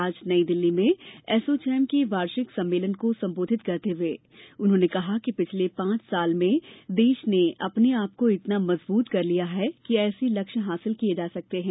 आज नई दिल्ली में एसोचैम के वार्षिक सम्मेलन को संबोधित करते हुये उन्होंने कहा कि पिछले पांच वर्ष में देश ने अपनेआप को इतना मजबूत कर लिया है कि ऐसे लक्ष्य हासिल किये जा सकते हैं